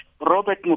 Robert